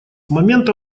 момента